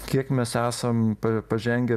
kiek mes esam pažengę